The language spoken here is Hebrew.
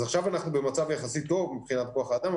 עכשיו אנחנו במצב יחסית טוב מבחינת כוח האדם,